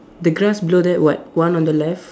the grass below that what one on the left